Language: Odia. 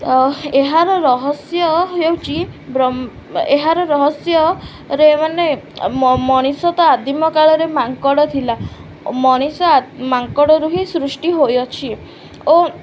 ଏହାର ରହସ୍ୟ ହେଉଛି ବ୍ରହ୍ମ ଏହାର ରହସ୍ୟରେ ମାନେ ମ ମଣିଷ ତ ଆଦିମ କାଳରେ ମାଙ୍କଡ଼ ଥିଲା ମଣିଷ ମାଙ୍କଡ଼ରୁ ହିଁ ସୃଷ୍ଟି ହୋଇଅଛି ଓ